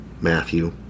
Matthew